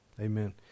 Amen